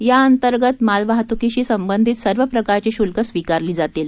याअंतर्गत मालवाहतुकीशी संबधित सर्व प्रकारची शुल्क स्विकारली जातील